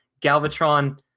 Galvatron